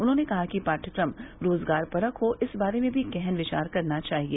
उन्होंने कहा कि पाट्यक्रम रोजगारपरक हो इस बारे में भी गहन विचार करना चाहिए